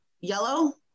yellow